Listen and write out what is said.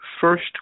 First